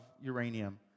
uranium